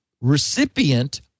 recipient